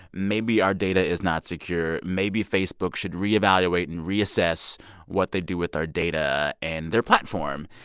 maybe our data is not secure. maybe facebook should re-evaluate and reassess what they do with our data and their platform.